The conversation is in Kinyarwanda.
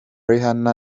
rihanna